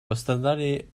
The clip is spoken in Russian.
пострадали